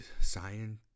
science